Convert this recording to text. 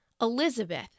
Elizabeth